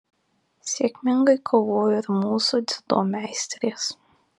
sėkmingai kovojo ir mūsų dziudo meistrės